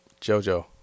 JoJo